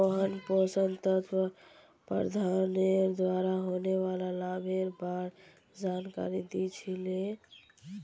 मोहन पोषण तत्व प्रबंधनेर द्वारा होने वाला लाभेर बार जानकारी दी छि ले